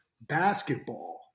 basketball